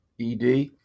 ED